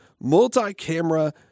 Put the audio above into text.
multi-camera